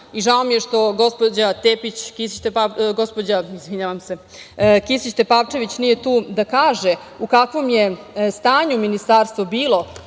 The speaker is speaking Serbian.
mi je što gospođa Kisić Tepavčević, nije to da kaže u kakvom je stanju ministarstvo bilo